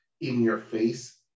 in-your-face